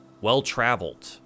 well-traveled